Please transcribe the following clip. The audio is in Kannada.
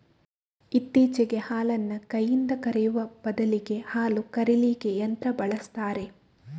ಇತ್ತೀಚೆಗೆ ಹಾಲನ್ನ ಕೈನಿಂದ ಕರೆಯುವ ಬದಲಿಗೆ ಹಾಲು ಕರೀಲಿಕ್ಕೆ ಯಂತ್ರ ಬಳಸ್ತಾರೆ